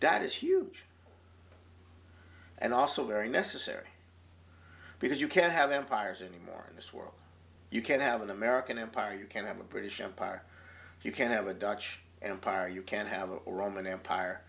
that is huge and also very necessary because you can't have empires anymore in this world you can't have an american empire you can't have a british empire you can have a dutch empire you can have a roman empire